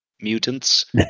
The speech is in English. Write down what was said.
mutants